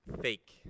fake